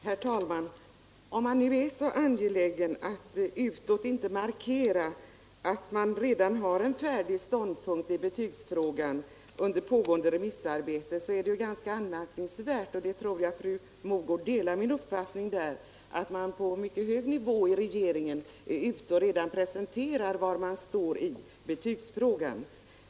Herr talman! Om regeringen nu under pågående remissarbete är så angelägen om att inte utåt markera att man redan har en färdig ståndpunkt i betygsfrågan, så är det ganska anmärkningsvärt — jag tror att fru Mogård delar min uppfattning om det —-att man på mycket hög nivå inom regeringen i olika sammanhang presenterat var man står i den frågan.